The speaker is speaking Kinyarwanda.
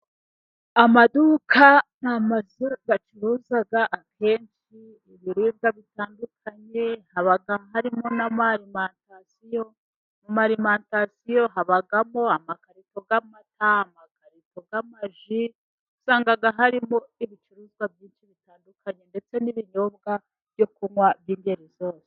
Amaduka ni amazu acuruza akenshi ibiribwa bitandukanye haba harimo n'amalimantasiyo, Mu malimantasiyo habamo amakarito y'amata, amakarito y'amaji, usanga harimo ibicuruzwa byinshi bitandukanye ndetse n'ibinyobwa byo kunywa by'ingeri zose.